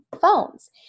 phones